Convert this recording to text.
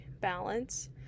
balance